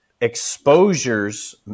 exposures